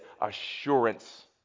Assurance